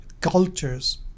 cultures